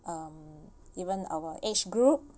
um even our age group